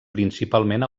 principalment